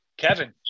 Kevin